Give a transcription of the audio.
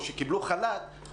או שקיבלו חל"ת,